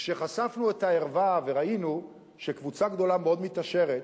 כשחשפנו את הערווה וראינו שקבוצה גדולה מאוד מתעשרת